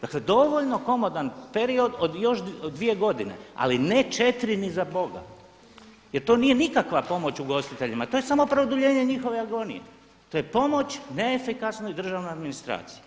Dakle dovoljno komotan period od 2 godine ali ne 4 ni za Boga jer to nije nikakva pomoć ugostiteljima, to je samo produljenje njihove agonije, to je pomoć neefikasnoj državnoj administraciji.